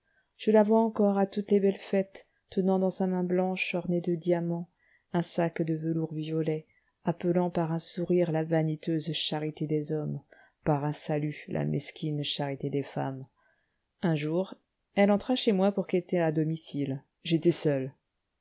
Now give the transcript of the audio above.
je la vois encore à toutes les belles fêtes tenant dans sa main blanche ornée de diamants un sac de velours violet appelant par un sourire la vaniteuse charité des hommes par un salut la mesquine charité des femmes un jour elle entra chez moi pour quêter à domicile j'étais seul